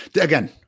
again